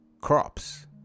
crops